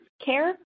care